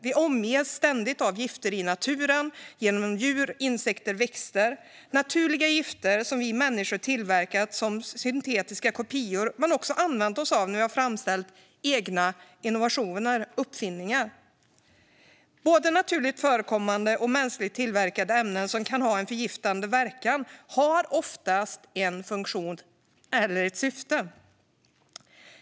Man omges ständigt av gifter i naturen genom djur, insekter och växter. Det finns naturliga gifter som vi människor tillverkat i form av syntetiska kopior och använt oss av när vi framställt egna innovationer. Både naturligt förekommande och mänskligt tillverkade ämnen som kan ha en förgiftande verkan har ofta en funktion eller ett syfte.